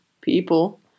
people